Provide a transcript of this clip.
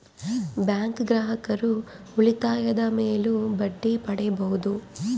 bank ಗ್ರಾಹಕರು ಉಳಿತಾಯದ ಮೇಲೂ ಬಡ್ಡಿ ಪಡೀಬಹುದು